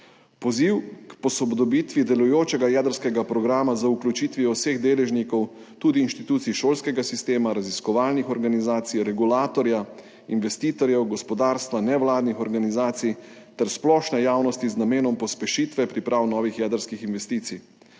Poziv k posodobitvi delujočega jedrskega programa z vključitvijo vseh deležnikov, tudi inštitucij šolskega sistema, raziskovalnih organizacij, regulatorja, investitorjev, gospodarstva, nevladnih organizacij ter splošne javnosti, z namenom pospešitve priprav novih jedrskih investicij.